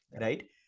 right